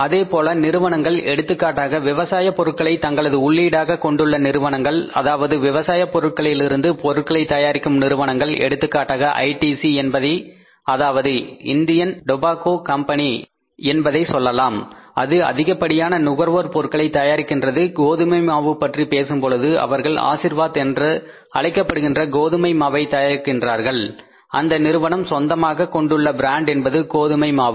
அதேபோல நிறுவனங்கள் எடுத்துக்காட்டாக விவசாய பொருட்களை தங்களது உள்ளீடாக கொண்டுள்ள நிறுவனங்கள் அதாவது விவசாயப் பொருட்களில் இருந்து பொருட்களை தயாரிக்கும் நிறுவனங்கள் எடுத்துக்காட்டாக ஐடிசி என்பதை அதாவது இந்தியன் டோபாக்கோ கம்பெனி என்பதை சொல்லலாம் அது அதிகப்படியான நுகர்வோர் பொருட்களை தயாரிக்கின்றது கோதுமை மாவை பற்றி பேசும்பொழுது அவர்கள் ஆசிர்வாத் என்று அழைக்கப்படுகின்ற கோதுமை மாவை தயாரிக்கின்றார்கள் அந்த நிறுவனம் சொந்தமாக கொண்டுள்ள பிராண்ட் என்பது கோதுமை மாவு